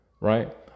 right